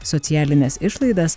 socialines išlaidas